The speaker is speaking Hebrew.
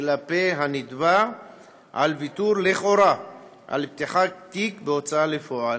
כלפי הנתבע על ויתור לכאורה על פתיחת תיק בהוצאה לפועל.